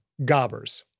gobbers